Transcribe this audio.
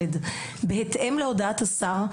"בהתאם להודעת השר,